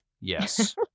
Yes